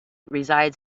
resides